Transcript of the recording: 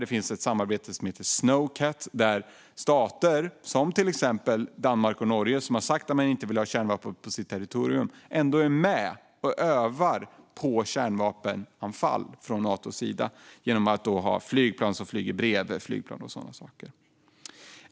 Det finns ett samarbete som heter SNOWCAT där stater som Danmark och Norge, som har sagt att man inte vill ha kärnvapen på sitt territorium, ändå är med och övar på kärnvapenanfall från Natos sida genom att ha flygplan som flyger bredvid flygplan och sådana saker.